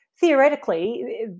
theoretically